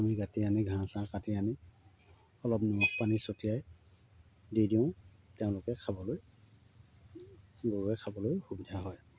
আমি কাটি আনি ঘাঁহ চাহ কাটি আনি অলপ নিমখ পানী ছটিয়াই দি দিওঁ তেওঁলোকে খাবলৈ গৰুৱে খাবলৈ সুবিধা হয়